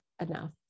enough